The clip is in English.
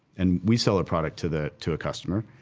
and we sell a product to the, to a customer,